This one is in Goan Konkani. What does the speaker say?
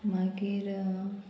मागीर